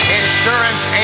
insurance